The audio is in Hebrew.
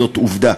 זאת עובדה,